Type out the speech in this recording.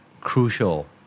crucial